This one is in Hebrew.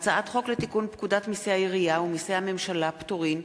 הצעת חוק לתיקון פקודת מסי העירייה ומסי הממשלה (פטורין)